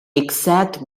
exact